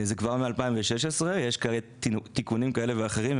יש תיקונים כאלה ואחרים,